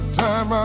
time